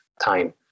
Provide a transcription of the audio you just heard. time